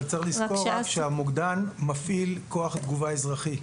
אבל צריך לזכור רק שהמוקדן מפעיל כוח תגובה אזרחי.